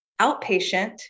outpatient